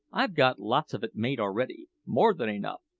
i've got lots of it made already more than enough,